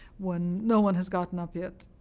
when no one has gotten up yet,